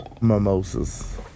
mimosas